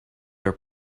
are